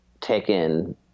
taken